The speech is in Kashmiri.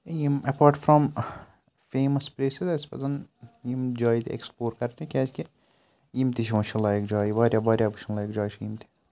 یِم ایٚپاٹ فرام فیمَس پلیسِس اَسہِ پَزَن یِم جایہِ تہِ ایٚکسپلور کَرنہِ کیازِ کہِ یِم تہِ چھِ وٕچھِنۍ لایق جایہِ واریاہ واریاہ وٕچھِنۍ لایق جایہِ چھِ یِم تہِ